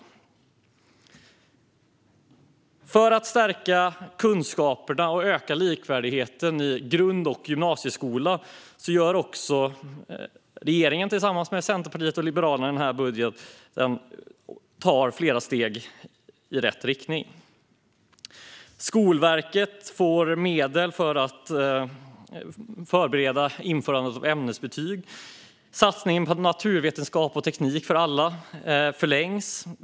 När det gäller att stärka kunskaperna och öka likvärdigheten i grund och gymnasieskolan tar regeringen tillsammans med Centerpartiet och Liberalerna flera steg i rätt riktning i den här budgeten. Skolverket får medel för att förbereda införandet av ämnesbetyg. Satsningen på naturvetenskap och teknik för alla förlängs.